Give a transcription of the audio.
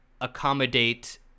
accommodate